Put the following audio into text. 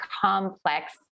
complex